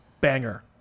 banger